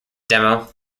demo